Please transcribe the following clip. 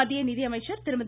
மத்திய நிதியமைச்சர் திருமதி